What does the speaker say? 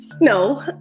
no